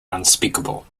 unspeakable